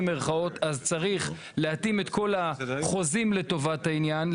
צריך להתאים את כל החוזים לטובת העניין,